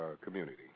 community